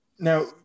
Now